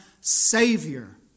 Savior